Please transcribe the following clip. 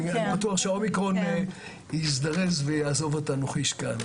ואני בטוח שהוא יזדרז ויעזוב אותנו חיש קל.